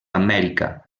amèrica